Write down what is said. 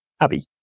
Abby